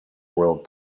world